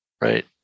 right